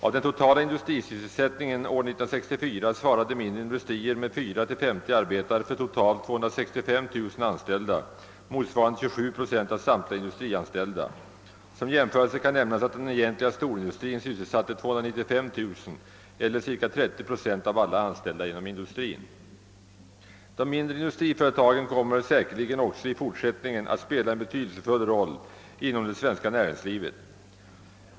Av den totala industrisysselsättningen år 1964 svarade mindre industrier med 4—50 arbetare för totalt 265 000 anställda eller 27 procent av samtliga industrianställda. Som jämförelse kan nämnas, att den egentliga storindustrin sysselsatte 295000 eller cirka 30 procent av alla anställda inom industrin. De mindre industriföretagen kommer säkerligen också i fortsättningen att spela en betydelsefull roll inom det svenska näringslivet.